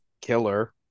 killer